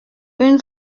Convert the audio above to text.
une